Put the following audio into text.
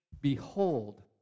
Behold